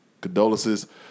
condolences